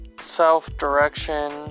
self-direction